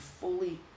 fully